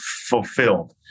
fulfilled